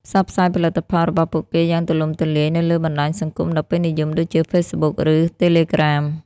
ផ្សព្វផ្សាយផលិតផល របស់ពួកគេយ៉ាងទូលំទូលាយនៅលើបណ្ដាញសង្គមដ៏ពេញនិយមដូចជា Facebook ឬ Telegram។